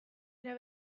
era